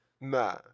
Nah